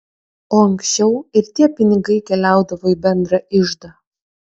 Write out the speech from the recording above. o ankščiau ir tie pinigai keliaudavo į bendrą iždą